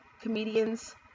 comedians